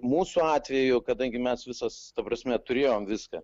mūsų atveju kadangi mes visas ta prasme turėjom viską